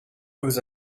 aux